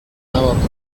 n’abakoloni